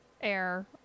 air